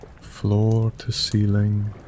floor-to-ceiling